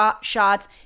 shots